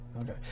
Okay